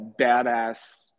badass